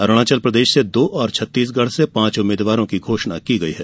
अरुणाचल प्रदेश से दो और छत्तीसगढ़ से पांच उम्मीदवारों की घोषणा की गयी है